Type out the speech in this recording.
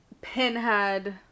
Pinhead